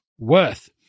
worth